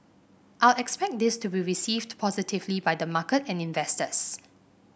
I'll expect this to be received positively by the market and investors